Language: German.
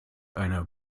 einer